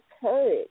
courage